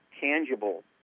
tangible